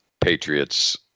Patriots